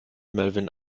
melvin